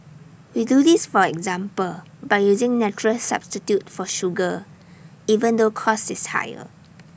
we do this for example by using natural substitute for sugar even though cost is higher